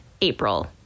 April